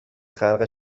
خلق